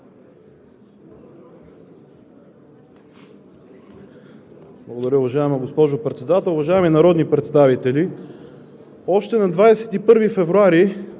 Благодаря. Уважаема госпожо Председател, уважаеми народни представители! Още на 21 януари